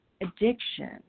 addiction